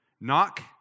Knock